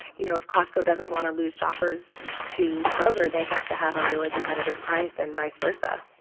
you know, if costco doesn't want to lose shoppers to kroger, they have to have a really competitive price and vice versa.